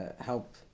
help